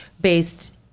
based